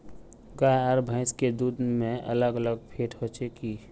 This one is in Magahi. गाय आर भैंस के दूध में अलग अलग फेट होचे की?